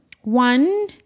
One